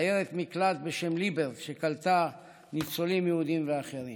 לעיירת מקלט בשם ליבר שקלטה ניצולים יהודים ואחרים.